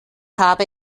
habe